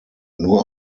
nur